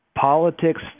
politics